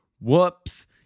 whoops